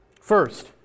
First